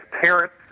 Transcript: parents